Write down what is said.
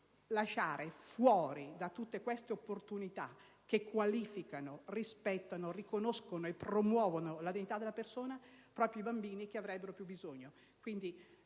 lasciar fuori da tutte queste opportunità, che qualificano, rispettano, riconoscono e promuovono la dignità della persona, proprio i bambini, che ne avrebbero più bisogno?